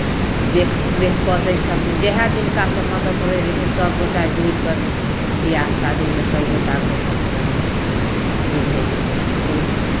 देख रेख कऽ दै छथिन जएह जिनकासँ मदति होइ हइ लेकिन सभगोटा जुड़ि कऽ बियाह शादीमे सभगोटा रहै छथिन ओहिमे अथी भेल बुझलियै